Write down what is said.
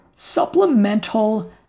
supplemental